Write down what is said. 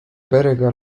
perega